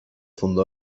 fundó